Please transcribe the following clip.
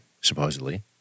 supposedly